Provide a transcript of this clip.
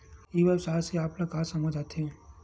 ई व्यवसाय से आप ल का समझ आथे?